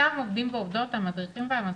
אותם עובדים ועובדות, המדריכים והמדריכות,